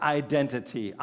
identity